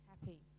happy